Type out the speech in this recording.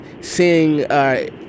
seeing